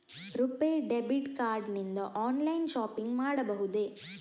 RuPay debit card ನಿಂದ online shopping ಮಾಡಬಹುದೇ?